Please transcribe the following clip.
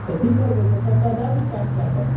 तऽ की करबै तऽ सभटा दए दी पैक कए के